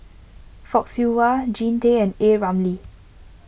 Fock Siew Wah Jean Tay and A Ramli